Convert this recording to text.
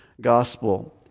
gospel